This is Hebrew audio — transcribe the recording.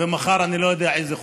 ומחר אני לא יודע איזה חוק.